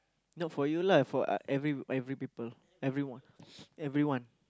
not for you lah for uh every every people everyone everyone